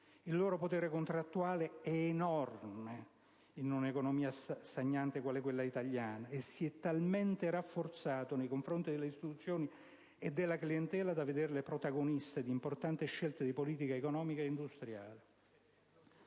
Il loro potere contrattuale, in un'economia stagnante quale quella italiana, si è talmente rafforzato nei confronti delle istituzioni e della clientela da vederle protagoniste di importanti scelte di politica economica e industriale».